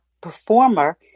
performer